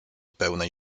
pełnej